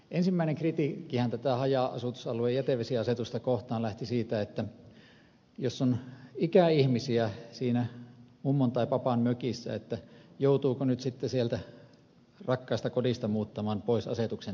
ensimmäinen kritiikkihän tätä haja asutusalueiden jätevesiasetusta kohtaan lähti siitä että jos on ikäihmisiä siinä mummon tai papan mökissä niin joutuvatko he nyt sieltä rakkaasta kodista muuttamaan pois asetuksen takia